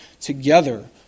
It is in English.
together